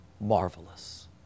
marvelous